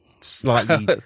slightly